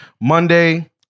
Monday